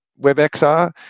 WebXR